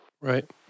Right